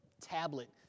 tablet